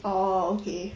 orh okay